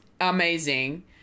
amazing